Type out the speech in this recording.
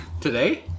Today